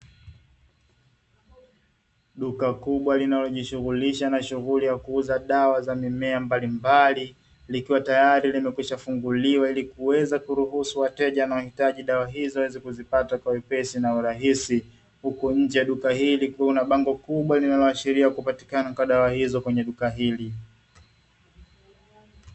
Duka kubwa linalojishughulisha na shughuli ya kuuza dawa za mimea mbalimbali, likiwa tayari limekwisha funguliwa, ili kuweza kuruhusu wateja wanaohitaji dawa hizo waweze kuzipata kwa wepesi na urahisi, huku nje ya duka hili kukiwa na bango kubwa linaloashiria kupatikana kwa dawa hizo kwenye duka hili.